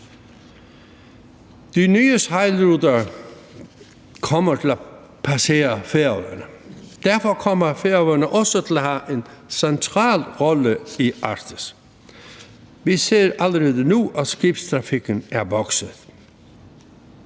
De nye sejlruter kommer til at passere Færøerne. Derfor kommer Færøerne også til at have en central rolle i Arktis. Vi ser allerede nu, at skibstrafikken er vokset.